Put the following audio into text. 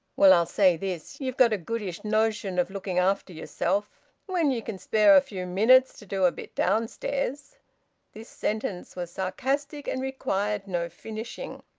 well, i'll say this. ye've got a goodish notion of looking after yerself. when ye can spare a few minutes to do a bit downstairs this sentence was sarcastic and required no finishing.